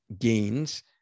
gains